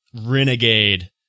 renegade